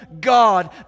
God